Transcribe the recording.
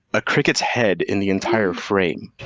a cricket's head in the entire frame,